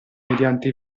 mediante